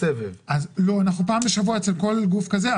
פעם בשבוע אנחנו בכל גוף כזה.